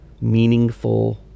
meaningful